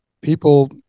people